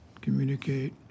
communicate